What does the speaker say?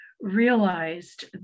realized